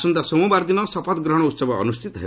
ଆସନ୍ତା ସୋମବାର ଦିନ ଶପଥଗ୍ରହଣ ଉହବ ଅନୃଷ୍ଠିତ ହେବ